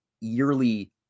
yearly